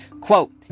quote